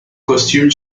costume